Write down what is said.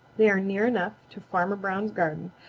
they are near enough to farmer brown's garden,